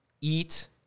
eat